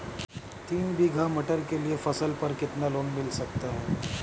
तीन बीघा मटर के लिए फसल पर कितना लोन मिल सकता है?